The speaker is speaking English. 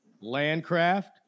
Landcraft